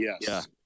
yes